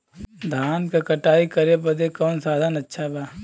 धान क कटाई करे बदे कवन साधन अच्छा बा?